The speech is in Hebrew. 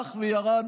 הלך וירד,